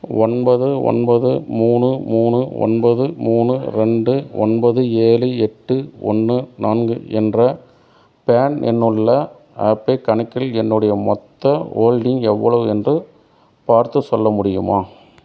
ஒன்பது ஒன்பது மூணு மூணு ஒன்பது மூணு ரெண்டு ஒன்பது ஏழு எட்டு ஒன்று நான்கு என்ற பான் எண்ணுள்ள ஆப்பே கணக்கில் என்னுடைய மொத்த ஹோல்டிங் எவ்வளவு என்று பார்த்துச் சொல்ல முடியுமா